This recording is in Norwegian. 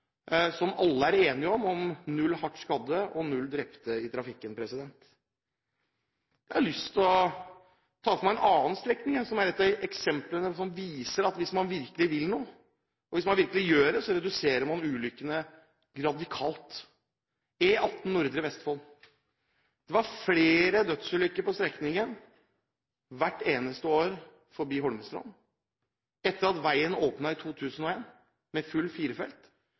trafikken. Jeg har lyst til å ta for meg en annen strekning, som er et av eksemplene som viser at hvis man virkelig vil noe, og hvis man virkelig gjør det, reduserer man ulykkene radikalt – E18 i nordre Vestfold. Det var flere dødsulykker på strekningen forbi Holmestrand hvert eneste år. Etter at firefeltsveien åpnet i 2001, har det vært én dødsulykke. Det viser at det å satse på å gjøre noe med